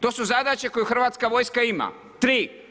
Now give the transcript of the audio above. To su zadaće koju Hrvatska vojska ima, tri.